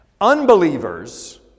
Unbelievers